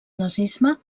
nazisme